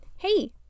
Hey